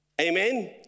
Amen